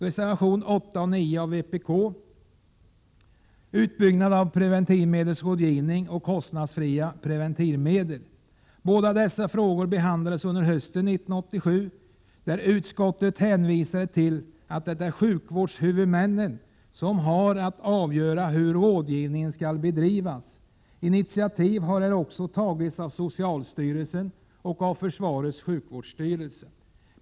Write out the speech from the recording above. Reservationerna 8 och 9 av vpk handlar om utbyggnad av preventivmedelsrådgivningen och kostnadsfria preventivmedel. Båda dessa frågor behandlades under hösten 1987. Utskottet hänvisade till att det är sjukvårdshuvudmännen som har att avgöra hur rådgivningen skall bedrivas. Initiativ har också tagits av socialstyrelsen och av försvarets sjukvårdsstyrelse.